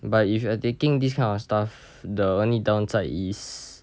but if you are taking this kind of stuff the only downside is